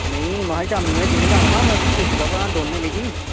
नेईं में हां शामीं में जिम जाना ना उसी पुच्छगा भला दौनें लेई